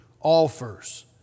offers